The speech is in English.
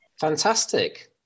Fantastic